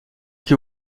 que